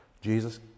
Jesus